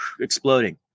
exploding